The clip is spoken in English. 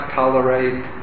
tolerate